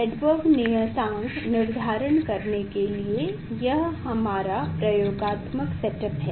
Rydberg नियतांक निर्धारण करने के लिए यह हमारा प्रयोगात्मक सेटअप है